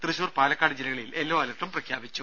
തൃശൂർ പാലക്കാട് ജില്ലകളിൽ യെല്ലോ അലർട്ടും പ്രഖ്യാപിച്ചു